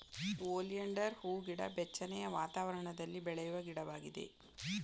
oleander ಹೂಗಿಡ ಬೆಚ್ಚನೆಯ ವಾತಾವರಣದಲ್ಲಿ ಬೆಳೆಯುವ ಗಿಡವಾಗಿದೆ